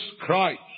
Christ